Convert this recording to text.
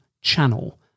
channel